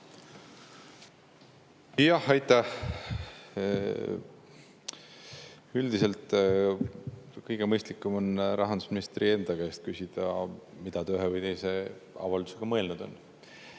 Jah, aitäh! Üldiselt kõige mõistlikum on rahandusministri enda käest küsida, mida ta ühe või teise avaldusega mõelnud on.